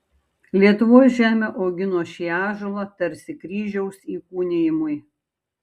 lietuvos žemė augino šį ąžuolą tarsi kryžiaus įkūnijimui